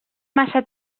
massa